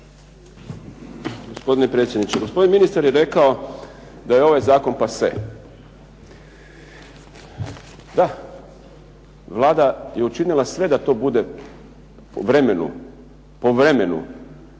Gospodine predsjedniče. Gospodin ministar je rekao da je ovaj zakon pase. Da, Vlada je učinila sve da to bude u vremenu, po vremenu,